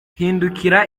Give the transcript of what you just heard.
hindukira